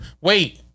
wait